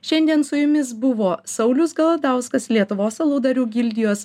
šiandien su jumis buvo saulius galadauskas lietuvos aludarių gildijos